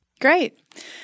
Great